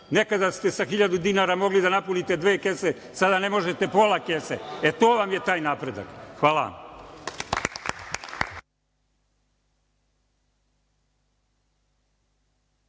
Nekada ste sa hiljadu dinara mogli da napunite dve kese, sada ne možete pola kese. E, to vam je taj napredak. Hvala